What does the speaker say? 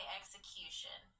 execution